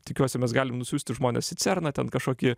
tikiuosi mes galim nusiųsti žmones į cerną ten kažkokį